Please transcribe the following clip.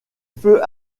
feux